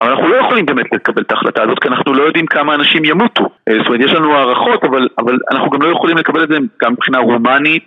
אבל אנחנו לא יכולים באמת לקבל את ההחלטה הזאת, כי אנחנו לא יודעים כמה אנשים ימותו. אה, זאת אומרת, יש לנו הערכות, אבל, אבל אנחנו גם לא יכולים לקבל את זה גם מבחינה הומנית